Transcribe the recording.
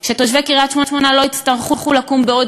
שתושבי קריית-שמונה לא יצטרכו לקום בעוד